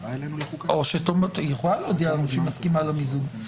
היא יכולה להודיע לנו שהיא מסכימה למיזוג, נכון?